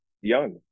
Young